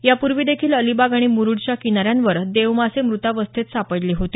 यापूर्वी देखील अलिबाग आणि मुरूडच्या किनाऱ्यांवर देवमासे मृतावस्थेत सापडले होते